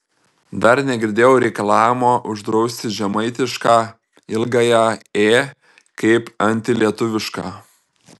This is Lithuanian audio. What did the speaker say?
dar negirdėjau reikalavimo uždrausti žemaitišką ilgąją ė kaip antilietuvišką